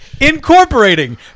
Incorporating